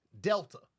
Delta